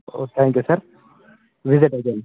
oh thank you sir మీద press చేయండి